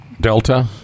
Delta